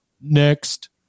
next